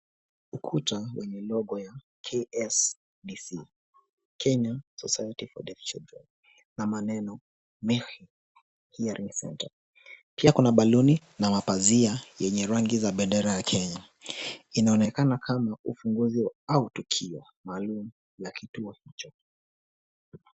Ukuta wenye logo ya KSDC, Kenya Society for Deaf Children na maneno Meru Hearing Center . Pia kuna baluni na mapazia yenye rangi za bendera ya Kenya. Inaonekana kama ufunguzi au tukio maalum ya kituo hicho.